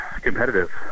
competitive